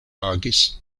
agis